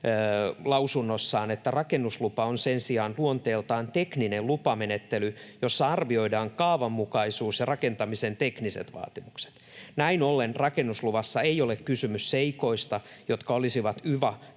lausunnossaan: ”Rakennuslupa on sen sijaan luonteeltaan tekninen lupamenettely, jossa arvioidaan kaavanmukaisuus ja rakentamisen tekniset vaatimukset. Näin ollen rakennusluvassa ei ole kysymys seikoista, jotka olisivat